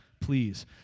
please